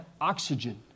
oxygen